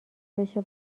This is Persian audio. بشه